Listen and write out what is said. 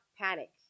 panic